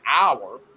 hour